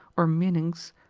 or meninx,